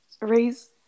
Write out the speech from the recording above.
raise